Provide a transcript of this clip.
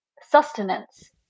sustenance